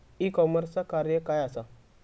E कॉमर्सचा कार्य काय असा?